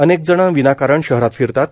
अनेक जण विनाकारण शहरात फिरतात